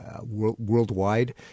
worldwide